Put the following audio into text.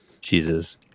Jesus